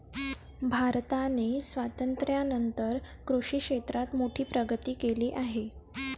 भारताने स्वातंत्र्यानंतर कृषी क्षेत्रात मोठी प्रगती केली आहे